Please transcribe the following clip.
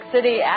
City